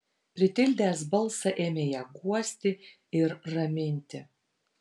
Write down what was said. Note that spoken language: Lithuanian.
pritildęs balsą ėmė ją guosti ir raminti